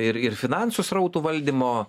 ir ir finansų srautų valdymo